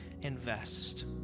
invest